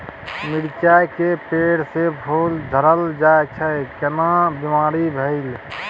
मिर्चाय के पेड़ स फूल झरल जाय छै केना बीमारी भेलई?